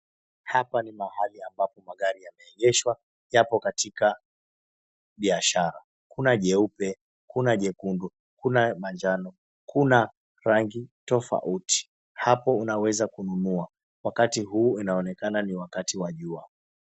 Hapa ni mahali ambapo magari yameegeshwa yapo katika biashara. Kuna jeupe kuna jekundu kuna manjano kuna rangi tofauti. Hapo unaweza kununua. Wakati huu unaonekana ni wakati wa jua.